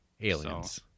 aliens